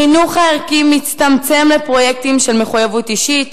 החינוך הערכי מצטמצם לפרויקטים של מחויבות אישית,